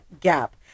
gap